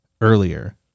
earlier